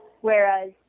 whereas